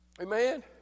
Amen